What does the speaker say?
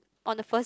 on the first